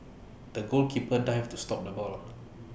the goalkeeper dived to stop the ball